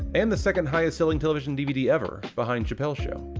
and the second highest selling television dvd ever, behind chappelle's show.